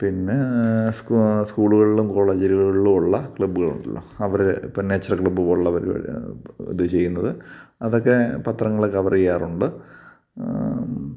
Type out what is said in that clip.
പിന്നെ സ്കൂളുകളിലും കോളേജുകളിലുള്ള ക്ലബ്ബുകളുണ്ടല്ലോ അവരെ ഇപ്പം നേച്ചറൽ ക്ലബ്ബു പോലുള്ള പരിപാടിയാണ് ഉദ്ദേശിക്കുന്നത് അതൊക്കെ പത്രങ്ങൾ കവറ് ചെയ്യാറുണ്ട്